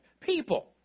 People